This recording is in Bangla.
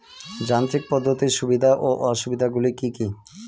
যান্ত্রিক পদ্ধতির সুবিধা ও অসুবিধা গুলি কি কি?